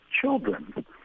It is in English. children